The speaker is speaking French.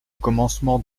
commencement